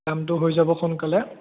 কামটো হৈ যাব সোনকালে